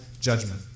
judgment